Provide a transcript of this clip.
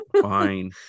fine